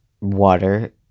water